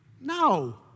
No